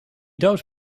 doos